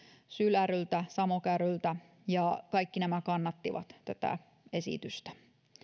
syl ryltä ja samok ryltä ja kaikki nämä kannattivat tätä esitystä